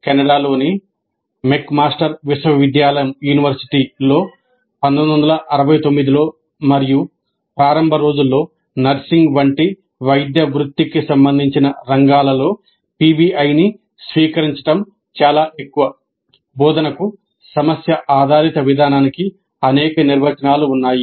కెనడాలోని McMaster విశ్వవిద్యాలయంలో గా ఉపయోగించబడతాయి